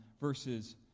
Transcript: verses